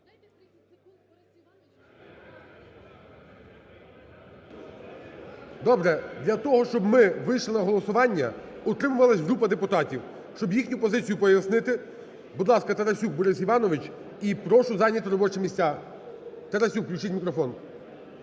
Добре, для того, щоб ми вийшли на голосування, утримувалась група депутатів. Щоб їхню позицію пояснити, будь ласка, Тарасюк Борис Іванович. І прошу зайняти робочі місця. Тарасюк, включіть мікрофон.